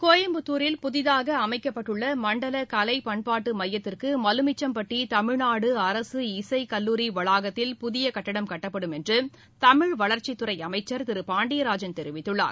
கோபம்புத்தூரில் புதிதாகஅமைக்கப்பட்டுள்ளமண்டலகலைண்பாட்டுமையத்திற்குமலுமிச்சும்பட்டிதமிழ்நாடுஅரசு இசைகல்லூரி வளாகத்தில் புகியகட்டம் கட்டப்படும் என்றுகமிற் வளர்ச்சிதுறைஅமைச்சர் திருபாண்டியராஜன் தெரிவித்துள்ளார்